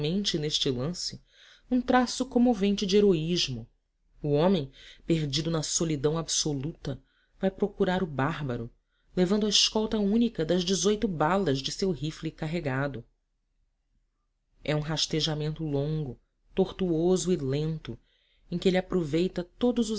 realmente neste lance um traço comovente de heroísmo o homem perdido na solidão absoluta vai procurar o bárbaro levando a escolta única das dezoito balas de seu rifle carregado é um rastejamento longo tortuoso e lento em que ele aproveita todos